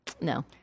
No